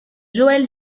joël